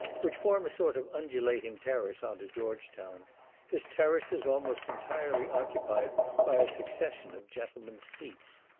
which form a sort of undulating terrace on to george town this terrace is almost entirely occupied by a succession of gentlemen's seats.